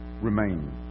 remain